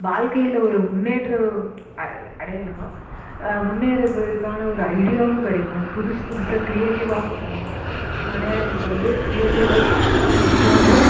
வாழ்க்கையில ஒரு முன்னேற்றம் அடையலாம் முன்னேற இதுக்கான ஒரு ஐடியாவும் கிடைக்கும் புதுசு புதுசாக க்ரியேட்டிவ்வாக தோணும் மனம் வந்து க்ரியேட்டிவ்வாக தோணும்